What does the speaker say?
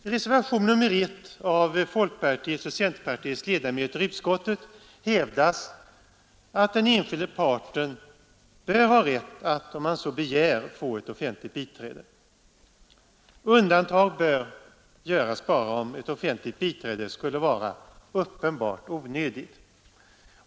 I reservationen 1 av folkpartiets och centerpartiets ledamöter i utskottet hävdas att den enskilde bör ha rätt att, om han så begär, få ett offentligt biträde. Undantag bör göras bara om ett offentligt biträde skulle vara uppenbart onödigt.